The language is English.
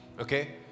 okay